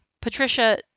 Patricia